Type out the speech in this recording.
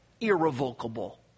irrevocable